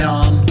on